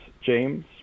James